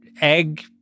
Egg